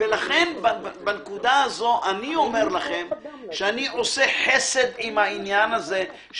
לכן אני אומר לכם שאני עושה חסד בעניין הזה.